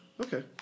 Okay